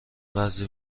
بعضی